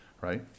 right